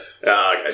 Okay